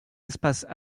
espaces